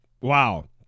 Wow